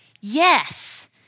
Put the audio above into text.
Yes